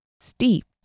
steeped